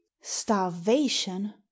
starvation